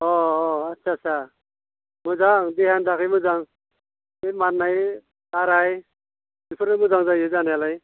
अह आथसा आथसा मोजां देहानि थाखाय मोजां बे मान्नाय गाराय बेफोरो मोजां जायो जानायालाय